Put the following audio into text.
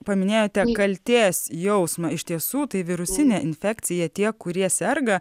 paminėjote kaltės jausmą iš tiesų tai virusinė infekcija tie kurie serga